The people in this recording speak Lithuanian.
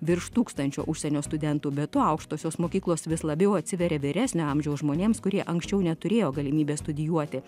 virš tūkstančio užsienio studentų be to aukštosios mokyklos vis labiau atsiveria vyresnio amžiaus žmonėms kurie anksčiau neturėjo galimybės studijuoti